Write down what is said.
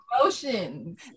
emotions